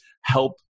help